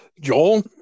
Joel